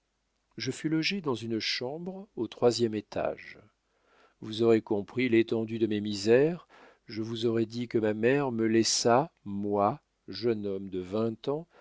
je fus logé dans une chambre au troisième étage vous aurez compris l'étendue de mes misères quand je vous aurai dit que ma mère me laissa moi jeune homme de vingt ans